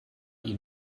ihn